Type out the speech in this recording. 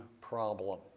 problem